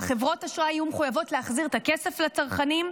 חברות האשראי יהיו מחויבות להחזיר את הכסף לצרכנים.